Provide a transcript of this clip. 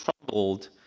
troubled